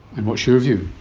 and what's your view?